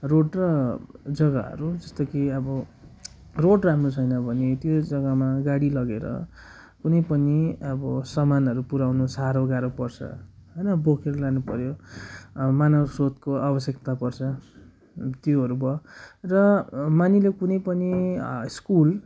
road र जग्गाहरू त्यस्तो केही अब रोड राम्रो छैन भने त्यो जग्गामा गाडी लगेर कुनै पनि अब सामानहरू पुर्याउनु साह्रो गाह्रो पर्छ होइन बोकेर लानुपऱ्यो आ मानव स्रोतको आवश्यकता पर्छ त्योहरू भयो र मानिलिउँ कुनै पनि स्कुल